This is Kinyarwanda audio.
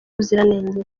ubuziranenge